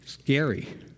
Scary